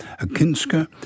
Akinska